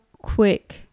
quick